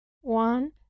one